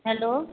hello